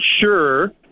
sure